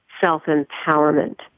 self-empowerment